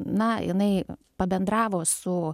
na jinai pabendravo su